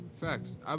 facts